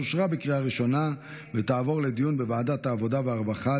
אושרה בקריאה ראשונה ותעבור לדיון בוועדת העבודה והרווחה.